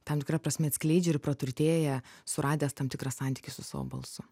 tam tikra prasme atskleidžia ir praturtėja suradęs tam tikrą santykį su savo balsu